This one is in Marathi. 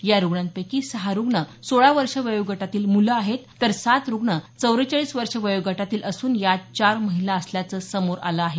या रुग्णांपैकी सहा रुग्ण सोळा वर्षे वयोगटातील मुलं आहेत तर सात रुग्ण चव्वेचाळीस वर्षे वयोगटातील असून यात चार महिला असल्याचं समोर आलं आहे